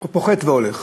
או פוחת והולך: